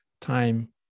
time